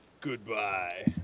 Goodbye